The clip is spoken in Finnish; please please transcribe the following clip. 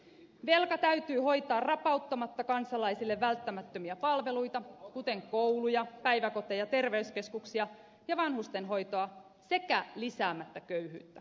velka täytyy hoitaa rapauttamatta kansalaisille välttämättömiä palveluita kuten kouluja päiväkoteja terveyskeskuksia ja vanhustenhoitoa sekä lisäämättä köyhyyttä